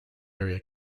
area